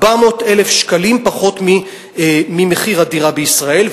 400,000 שקלים פחות ממחיר הדירה בישראל.